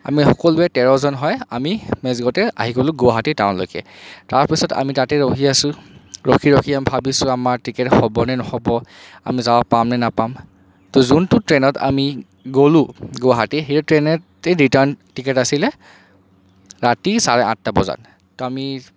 আমি সকলোৱে তেৰজন হয় আমি মেজিকতে আহি গ'লো গুৱাহাটী টাউনলৈকে তাৰ পিছত আমি তাতে ৰখি আছো ৰখি ৰখি ভাবিছো আমাৰ টিকেট হ'ব নে নহ'ব আমি যাব পামনে নাপাম ত' যোনটো ট্ৰেইনত আমি গ'লো গুৱাহাটী সেই ট্ৰেইনতে ৰিটাৰ্ণ টিকেট আছিলে ৰাতি চাৰে আঠটা বজাত ত' আমি